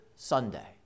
Sunday